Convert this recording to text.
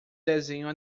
desenhos